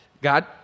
God